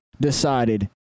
decided